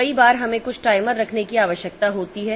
कई बार हमें कुछ टाइमर रखने की आवश्यकता होती है